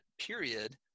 period